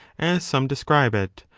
as some describe it,